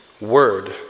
word